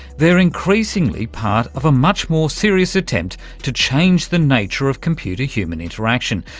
they're increasingly part of a much more serious attempt to change the nature of computer-human interaction,